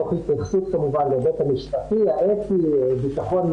תוך התייחסות כמובן להיבט המשפטי, האתי לביטחון.